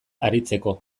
aritzeko